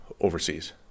overseas